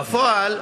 בפועל,